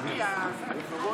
חלש.